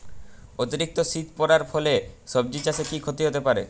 অতিরিক্ত শীত পরার ফলে সবজি চাষে কি ক্ষতি হতে পারে?